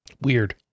Weird